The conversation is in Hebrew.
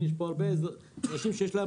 ויש פה הרבה אנשים שיש ---.